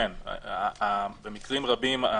במקרים רבים,